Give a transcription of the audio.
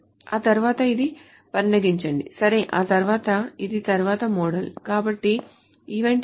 ఆ తరువాత ఇది పరిగణించండి సరే ఆ తర్వాత ఇది తర్వాత మోడల్ కాబట్టి ఈవెంట్ జరిగిన తర్వాత